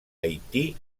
haití